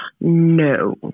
No